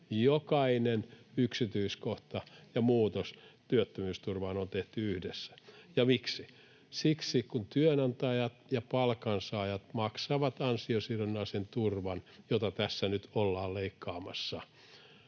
Jokainen yksityiskohta ja muutos työttömyysturvaan on tehty yhdessä, ja miksi? Siksi, kun työnantajat ja palkansaajat maksavat ansiosidonnaisen turvan, jota tässä nyt ollaan leikkaamassa.